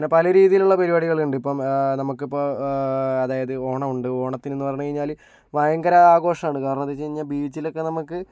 അങ്ങനെ പല രീതിയിലുള്ള പരിപാടികൾ ഉണ്ട് ഇപ്പോൾ നമുക്കിപ്പോൾ അതായത് ഓണമുണ്ട് ഓണത്തിന് എന്ന് പറഞ്ഞു കഴിഞ്ഞാൽ ഭയങ്കര ആഘോഷമാണ് കാരണം എന്താണെന്ന് വച്ചു കഴിഞ്ഞാൽ ബീച്ചിൽ ഒക്കെ നമുക്ക്